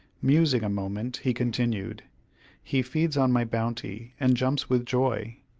musing a moment, he continued he feeds on my bounty, and jumps with joy.